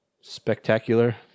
spectacular